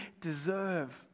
deserve